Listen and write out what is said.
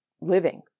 living